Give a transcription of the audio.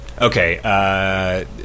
okay